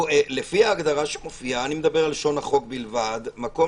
לפי ההגדרה שמופיעה לשון החוק בלבד מקום